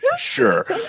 sure